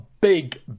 big